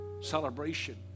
celebration